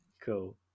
Cool